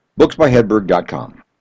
booksbyhedberg.com